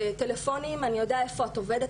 זה טלפונים אני יודע איפה את עובדת,